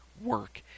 work